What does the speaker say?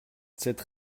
cette